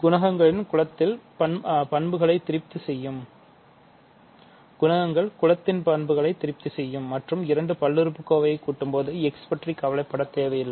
குணகங்கள் குலத்தின் பண்புகளை திருப்தி செய்யும் மற்றும் இரண்டு பல்லுறுப்புக்கோவையை கூட்டும்போது x பற்றி கவலைப்பட தேவை இல்லை